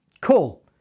Cool